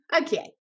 okay